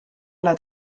ole